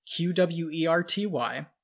QWERTY